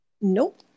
Nope